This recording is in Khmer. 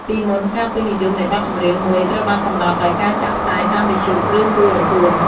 ពីមុន ការពេញនិយមនៃបទចម្រៀងមួយត្រូវបានកំណត់ដោយការចាក់ផ្សាយតាមវិទ្យុ ឬទូរទស្សន៍។